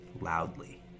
Loudly